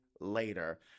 later